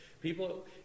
people